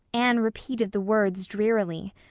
anne repeated the words drearily.